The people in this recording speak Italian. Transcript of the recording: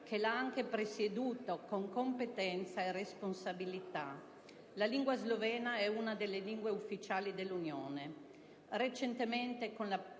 che ha anche presieduto con competenza e responsabilità; la lingua slovena è una delle lingue ufficiali dell'Unione. Recentemente, con